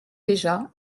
déjà